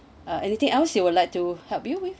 uh anything else you would like to help you with